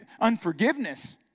unforgiveness